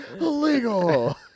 illegal